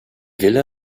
villa